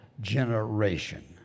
generation